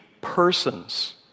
persons